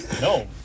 no